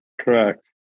Correct